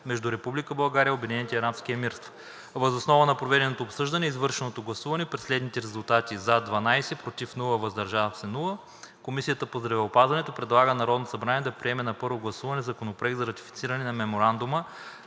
между Република България и Обединените арабски емирства. Въз основа на проведеното обсъждане и извършеното гласуване при следните резултати: „за“ – 12, без „против“ и „въздържал се“, Комисията по здравеопазването предлага на Народното събрание да приеме на първо гласуване Законопроект за ратифициране на Меморандума